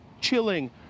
chilling